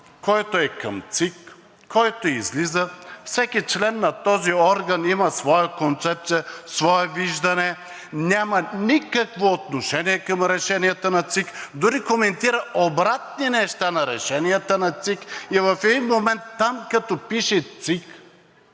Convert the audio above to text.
който е към ЦИК, който излиза – всеки член на този орган има своя концепция, свое виждане, няма никакво отношение към решенията на ЦИК, дори коментира обратни неща на решенията на ЦИК, и в един момент там, като пише „ЦИК“,